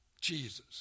Jesus